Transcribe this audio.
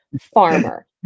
Farmer